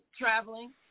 traveling